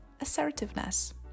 assertiveness